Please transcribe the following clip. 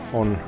on